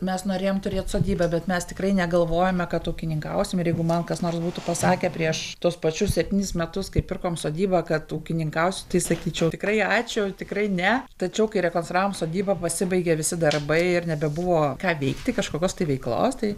mes norėjom turėt sodybą bet mes tikrai negalvojome kad ūkininkausim ir jeigu man kas nors būtų pasakę prieš tuos pačius septynis metus kai pirkom sodybą kad ūkininkausiu tai sakyčiau tikrai ačiū tikrai ne tačiau kai rekonstravom sodybą pasibaigė visi darbai ir nebebuvo ką veikti kažkokios tai veiklos tai